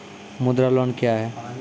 मुद्रा लोन क्या हैं?